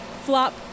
Flop